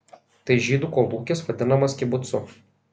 tai žydų kolūkis vadinamas kibucu